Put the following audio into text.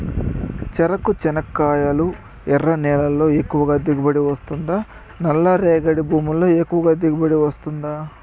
చెరకు, చెనక్కాయలు ఎర్ర నేలల్లో ఎక్కువగా దిగుబడి వస్తుందా నల్ల రేగడి భూముల్లో ఎక్కువగా దిగుబడి వస్తుందా